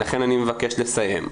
לכן אני מבקש לסיים.